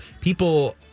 people